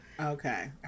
okay